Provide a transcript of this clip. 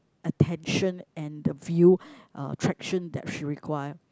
attention and the view attraction that she require